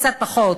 קצת פחות,